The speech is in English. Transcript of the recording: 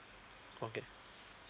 okay